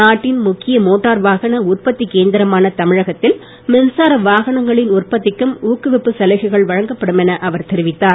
நாட்டின் முக்கிய மோட்டார் வாகன உற்பத்தி கேந்திரமான தமிழகத்தில் மின்சார வாகனங்களின் உற்பத்திக்கும் ஊக்குவிப்பு சலுகைகளை வழங்கப்படும் என அவர் தெரிவித்தார்